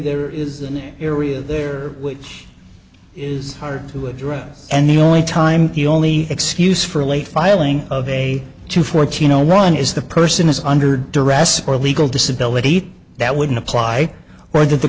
there is an area there which is hard to address and the only time the only excuse for a late filing of a two fourteen zero one is the person is under duress or legal disability that wouldn't apply or th